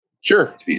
sure